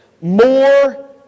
more